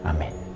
Amen